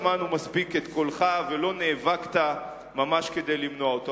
לא שמענו מספיק את קולך ולא נאבקת ממש כדי למנוע אותו.